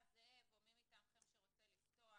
בבקשה, זאב או מי מטעמכם שרוצה לפתוח.